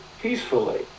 peacefully